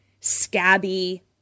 scabby